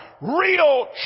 real